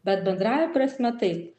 bet bendrąja prasme taip